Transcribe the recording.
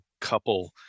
couple